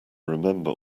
remember